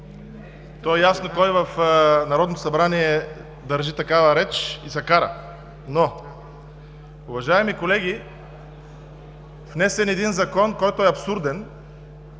карам. Ясно е кой в Народното събрание държи такава реч и се кара. Уважаеми колеги, внесен е един Закон, който е абсурден,